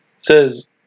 says